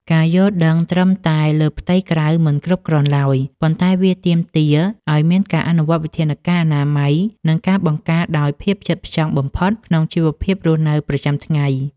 ការយល់ដឹងត្រឹមតែលើផ្ទៃក្រៅមិនគ្រប់គ្រាន់ឡើយ ប៉ុន្តែវាទាមទារឱ្យមានការអនុវត្តវិធានការអនាម័យ និងការបង្ការដោយភាពផ្ចិតផ្ចង់បំផុតក្នុងជីវភាពរស់នៅប្រចាំថ្ងៃ។